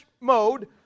mode